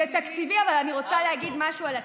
זה תקציבי, אבל אני רוצה להגיד משהו על התקציבי.